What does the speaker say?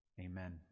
Amen